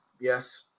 Yes